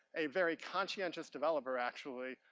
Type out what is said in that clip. a very conscientious developer, actually,